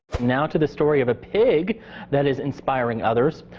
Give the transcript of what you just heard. now to the story of a pig that is inspiring others.